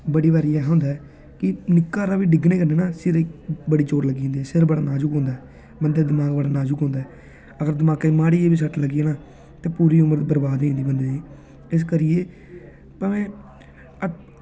बड़ी बारी ऐसा होंदा ऐ की निक्का हारा बी डिग्गने कन्नै सारे बड़ी चोट लग्गी जंदी ऐ सिर बड़ा नाज़ुक होंदा ऐ बंदे दा दमाग बड़ा नाज़ुक होंदा ऐ अगर दमाकै ई माड़ी हारी बी सट्ट लग्गी जाए ना ते पूरी उमर बरबाद होई जंदी बंदे दी इस करियै भामें